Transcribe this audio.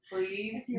Please